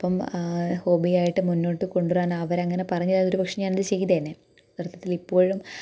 അപ്പം ഹോബി ആയിട്ട് മുന്നോട്ട് കൊണ്ടുവരാന് അവർ അങ്ങനെ പറഞ്ഞില്ലാതെ ഒരുപക്ഷേ ഞാനത് ചെയ്തേനെ നൃത്തത്തിലിപ്പോഴും